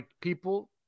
people